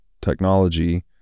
technology